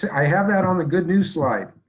i have that on the good news slide.